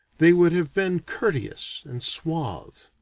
they would have been courteous and suave.